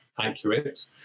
accurate